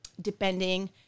depending